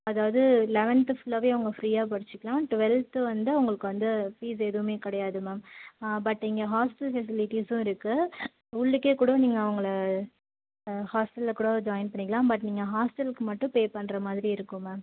அதாவது லெவன்த்து ஃபுல்லாகவே அவங்க ஃப்ரீயாக படிச்சுக்கலாம் டுவெல்த்து வந்து அவங்களுக்கு வந்து ஃபீஸ் எதுவுமே கிடையாது மேம் பட் இங்கே ஹாஸ்ட்டல் ஃபெசிலிட்டிஸ்ஸும் இருக்குது உள்ளுக்கே கூட நீங்கள் அவங்கள ஹாஸ்ட்டலில் கூட ஜாய்ன் பண்ணிக்கலாம் பட் நீங்கள் ஹாஸ்ட்டலுக்கு மட்டும் பே பண்ணுற மாதிரி இருக்கும் மேம்